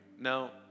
Now